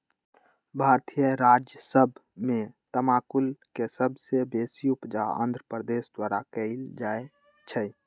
भारतीय राज्य सभ में तमाकुल के सबसे बेशी उपजा आंध्र प्रदेश द्वारा कएल जाइ छइ